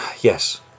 Yes